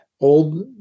old